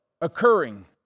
occurring